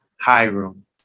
Hiram